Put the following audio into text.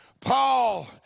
Paul